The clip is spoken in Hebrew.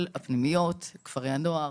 כל הפנימיות, כפרי הנוער,